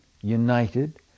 United